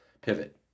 pivot